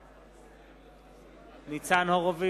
אל תפריע